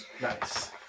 nice